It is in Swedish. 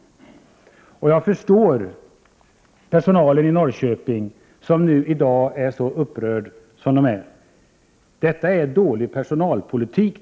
Jag förstår att personalen i Norrköping i dag är mycket upprörd. Detta är dessutom dålig personalpolitik.